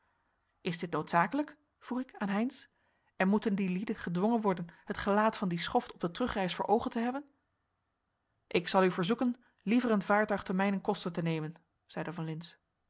is dit noodzakelijk vroeg ik aan heynsz en moeten die lieden gedwongen worden het gelaat van dien schoft op de terugreis voor oogen te hebben ik zal u verzoeken liever een vaartuig te mijnen koste te nemen zeide van lintz